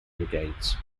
brigades